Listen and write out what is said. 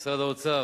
וממשרד האוצר.